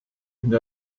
une